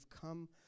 come